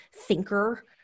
thinker